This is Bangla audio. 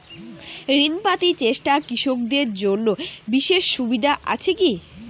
ঋণ পাতি চেষ্টা কৃষকদের জন্য বিশেষ সুবিধা আছি কি?